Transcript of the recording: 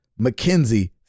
McKenzie